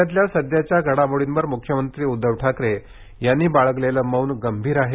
राज्यातल्या सध्याच्या घडामोडींवर मुख्यमंत्री उद्धव ठाकरे यांनी बाळगलेलं मौन गंभीर आहे